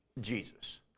Jesus